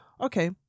Okay